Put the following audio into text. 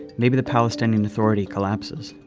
maybe the palestinian authority collapses.